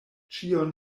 ĉion